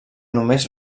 només